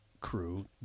crew